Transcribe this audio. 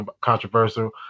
controversial